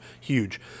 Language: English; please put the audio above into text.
Huge